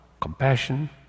compassion